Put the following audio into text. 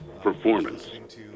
performance